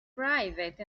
private